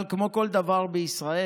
אבל כמו כל דבר בישראל,